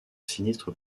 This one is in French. sinistre